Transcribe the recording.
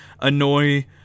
annoy